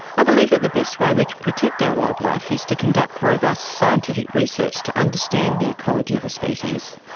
i believe that the best way we can protect our wildlife is to conduct robust scientific research to understand the ecology of a species,